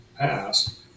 past